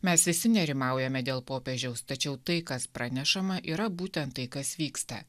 mes visi nerimaujame dėl popiežiaus tačiau tai kas pranešama yra būtent tai kas vyksta